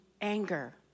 anger